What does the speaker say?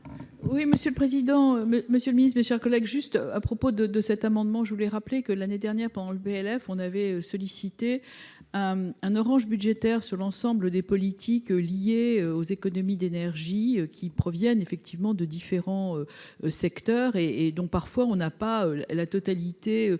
Oui, monsieur le président, mais Monsieur le Ministre, mes chers collègues, juste à propos de de cet amendement, je voulais rappeler que l'année dernière pendant le PLF on avait sollicité un orange budgétaire sur l'ensemble des politiques liés aux économies d'énergie qui proviennent effectivement de différents secteurs et et donc parfois on n'a pas la totalité